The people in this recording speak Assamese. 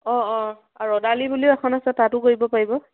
অঁ অঁ ৰ'দালি বুলিও এখন আছে তাতো কৰিব পাৰিব